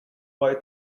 boy